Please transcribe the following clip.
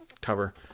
cover